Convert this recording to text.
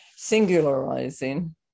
singularizing